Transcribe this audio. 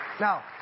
Now